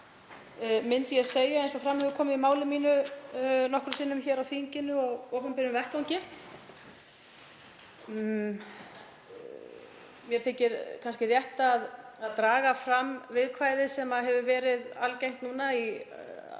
myndi ég segja, eins og fram hefur komið í máli mínu nokkrum sinnum hér á þingi og á opinberum vettvangi. Mér þykir kannski rétt að draga fram viðkvæðið sem hefur verið algengt núna í